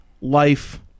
Life